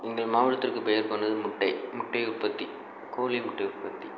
எங்கள் மாவட்டத்திற்கு பெயர் போனது முட்டை முட்டை உற்பத்தி கோழி முட்டை உற்பத்தி